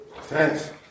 Thanks